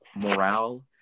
morale